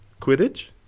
Quidditch